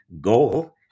goal